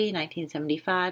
1975